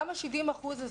גם ה-70% הזה,